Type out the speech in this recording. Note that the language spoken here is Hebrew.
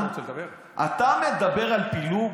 אתה מדבר על פילוג?